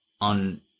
on